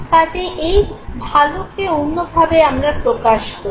কাজেই এই ভালোকে অন্যভাবে আমরা প্রকাশ করি